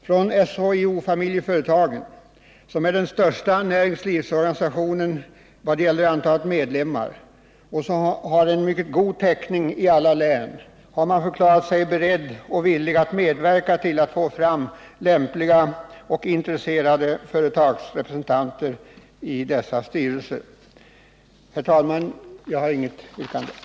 Från SHIO-Familjeföretagen — som är den största näringslivsorganisationen vad gäller antalet medlemmar och som har en mycket god täckning i alla län — har man förklarat sig beredd och villig att medverka till att få fram lämpliga och intresserade företagsrepresentanter i dessa styrelser. Herr talman! Jag har inget yrkande.